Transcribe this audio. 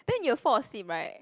then you will fall asleep right